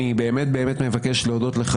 אני באמת באמת מבקש להודות לך,